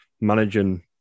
Managing